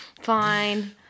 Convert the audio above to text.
Fine